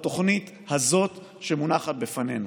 בתוכנית הזאת שמונחת בפנינו.